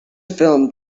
film